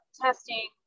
testing